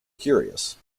curious